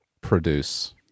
produce